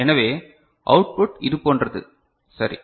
எனவே output இது போன்றது சரி